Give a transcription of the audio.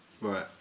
right